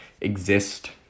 exist